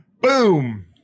Boom